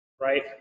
right